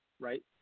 Right